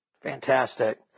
Fantastic